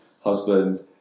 husband